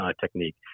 technique